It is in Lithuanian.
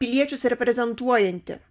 piliečius reprezentuojanti